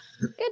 Good